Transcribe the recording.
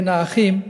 בין האחים,